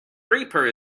reaper